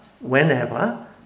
whenever